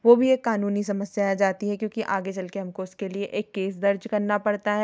वो भी एक कानूनी समस्या आ जाती है क्योंकि आगे चल के हमको उसके लिए एक केस दर्ज करना पड़ता है